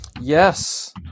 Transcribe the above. Yes